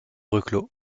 reclos